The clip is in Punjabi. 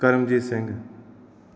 ਕਰਮਜੀਤ ਸਿੰਘ